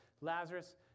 Lazarus